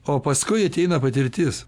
o paskui ateina patirtis